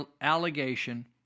allegation